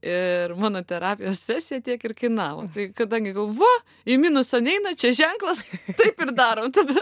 ir mano terapijos sesija tiek ir kainavo tai kadangi gal va į minusą neina čia ženklas taip ir darom tada